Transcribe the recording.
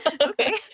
Okay